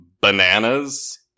bananas